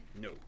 no